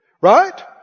Right